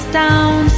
down